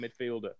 midfielder